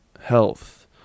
health